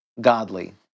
godly